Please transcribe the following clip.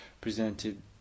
presented